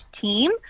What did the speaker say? team